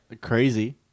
Crazy